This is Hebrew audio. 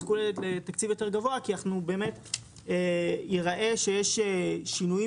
יזכו לתקציב יותר גבוה כי באמת ייראה שיש שינויים